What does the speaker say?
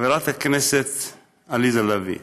חברת הכנסת עליזה לביא,